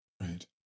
Right